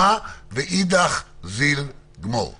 אין לזה היגיון גם מלפני שבועיים.